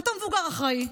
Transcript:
אתה מבוגר אחראי,